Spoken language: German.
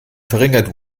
verringert